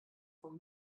von